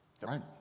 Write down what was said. Right